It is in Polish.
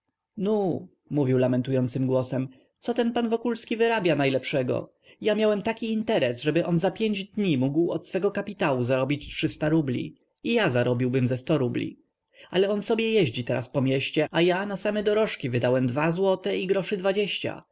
mówił lamentującym głosem co ten pan wokulski wyrabia najlepszego ja miałem taki interes żeby on za pięć dni mógł od swego kapitału zarobić rubli i ja zarobiłbym ze rubli ale on sobie jeździ teraz po mieście a ja na same dorożki wydałem dwa złote i groszy dwadzieścia